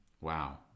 wow